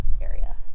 area